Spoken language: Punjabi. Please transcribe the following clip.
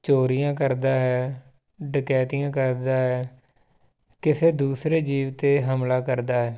ਚੋਰੀਆਂ ਕਰਦਾ ਹੈ ਡਕੈਤੀਆਂ ਕਰਦਾ ਹੈ ਕਿਸੇ ਦੂਸਰੇ ਜੀਵ 'ਤੇ ਹਮਲਾ ਕਰਦਾ